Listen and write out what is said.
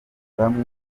bamwe